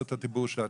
רשות הדיבור שלה.